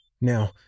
Now